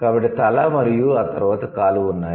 కాబట్టి తల మరియు తరువాత కాలు ఉన్నాయి